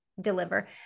deliver